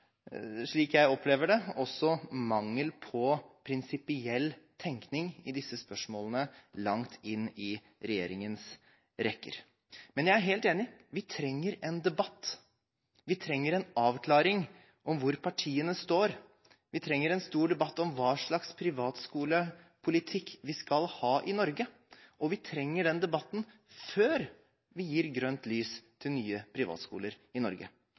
slik jeg opplever det – mangel på prinsipiell tenkning i disse spørsmålene langt inn i regjeringens rekker. Jeg er helt enig, vi trenger en debatt. Vi trenger en avklaring når det gjelder hvor partiene står. Vi trenger en stor debatt om hva slags privatskolepolitikk vi skal ha i Norge – og vi trenger den debatten før vi gir grønt lys for nye privatskoler i Norge.